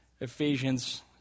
Ephesians